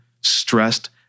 stressed